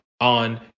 on